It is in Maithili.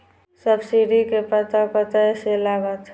सब्सीडी के पता कतय से लागत?